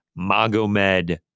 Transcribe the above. Magomed